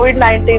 COVID-19